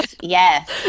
Yes